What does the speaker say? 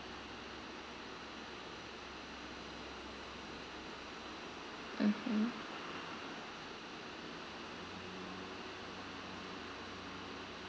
mmhmm